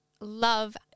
love